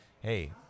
hey